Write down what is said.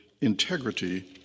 integrity